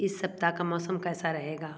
इस सप्ताह का मौसम कैसा रहेगा